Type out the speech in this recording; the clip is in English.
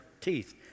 teeth